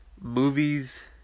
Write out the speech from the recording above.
movies